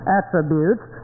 attributes